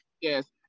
Yes